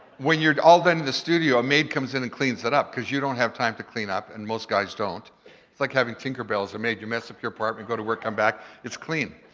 when you're all done in the studio, a maid comes in and cleans it up, cause you don't have time to clean up and most guys don't. it's like having tinkephell as a maid. you mess up your apartment, you go to work, come back, it's clean.